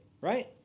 right